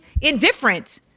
indifferent